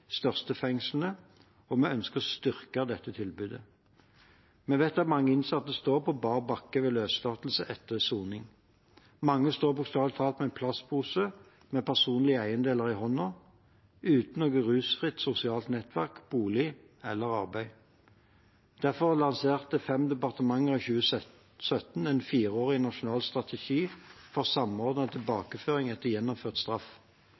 største fengslene, og vi ønsker å styrke dette tilbudet. Vi vet at mange innsatte står på bar bakke ved løslatelse etter soning. Mange står bokstavelig talt med en plastpose med personlige eiendeler i hånden – uten noe rusfritt sosialt nettverk, bolig eller arbeid. Derfor lanserte fem departementer i 2017 en fireårig nasjonal strategi for samordnet tilbakeføring etter gjennomført straff.